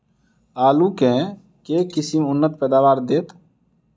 आलु केँ के किसिम उन्नत पैदावार देत?